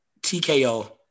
TKO